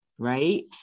Right